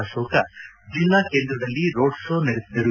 ಅಶೋಕ ಜಿಲ್ಲಾ ಕೇಂದ್ರದಲ್ಲಿ road show ನಡೆಸಿದರು